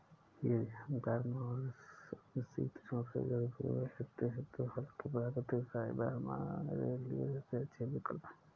यदि हम गर्म और समशीतोष्ण जलवायु में रहते हैं तो हल्के, प्राकृतिक फाइबर हमारे लिए सबसे अच्छे विकल्प हैं